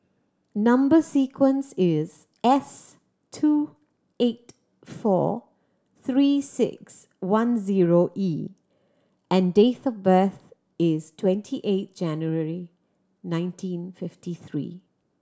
number sequence is S two eight four Three Six One zero E and date of birth is twenty eight January nineteen fifty three